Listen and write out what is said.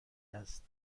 است